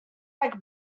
like